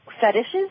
Fetishes